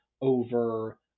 over